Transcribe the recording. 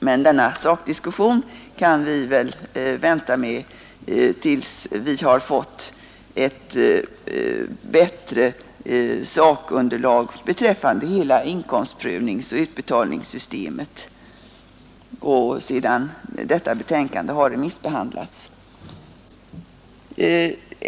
Men denna diskussion kan vi väl vänta med tills vi har fått ett bättre sakunderlag beträffande hela inkomstprövningsoch utbetal ningssystemet och tills familjepolitiska kommitténs betänkande har remissbehandlats.